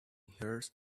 hers